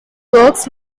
works